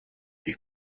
est